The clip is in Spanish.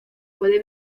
puede